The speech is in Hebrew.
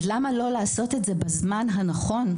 אז למה לא לעשות את זה בזמן הנכון,